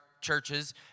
churches